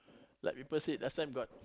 like people said last time got